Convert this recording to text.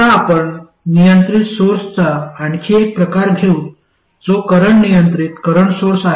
आता आपण नियंत्रित सोर्सचा आणखी एक प्रकार घेऊ जो करंट नियंत्रित करंट सोर्स आहे